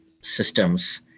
systems